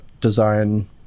design